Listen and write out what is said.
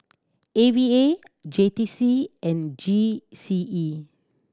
A V A J T C and G C E